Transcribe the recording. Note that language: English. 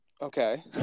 Okay